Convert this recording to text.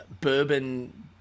bourbon